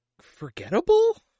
forgettable